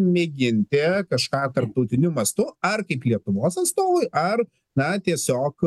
mėginti kažką tarptautiniu mastu ar kaip lietuvos atstovui ar na tiesiog